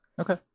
Okay